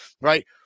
right